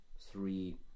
three